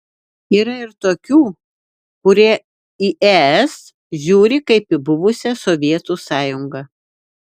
yra ir tokių kurie į es žiūri kaip į buvusią sovietų sąjungą